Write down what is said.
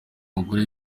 umugore